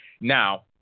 Now